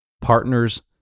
partners